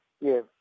Yes